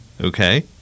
Okay